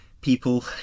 people